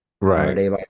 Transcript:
right